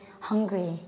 hungry